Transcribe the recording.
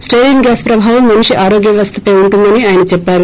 styrene gas ప్రభావం మనిషి ఆరోగ్య వ్యవస్తపైన ఉంటుందని చెప్పారు